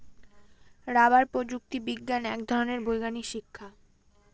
rubber প্রযুক্তি বিজ্ঞান এক ধরনের বৈজ্ঞানিক শিক্ষা